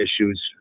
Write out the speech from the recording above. issues